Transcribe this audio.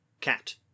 cat